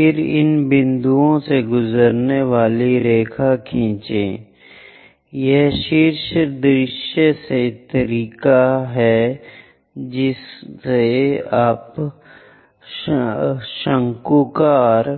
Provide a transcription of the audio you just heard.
फिर इन बिंदुओं से गुजरने वाली एक रेखा खींचें यह शीर्ष दृश्य से तरीका है जैसे शंक्वाकार